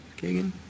Kagan